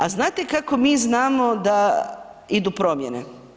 A znate kako mi znamo da idu promjene?